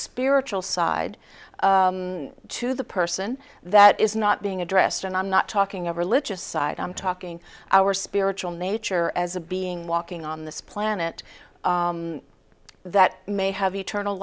spiritual side to the person that is not being addressed and i'm not talking of religious side i'm talking our spiritual nature as a being walking on this planet that may have eternal